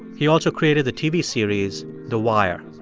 he also created the tv series the wire.